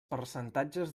percentatges